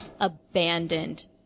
abandoned